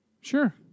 Sure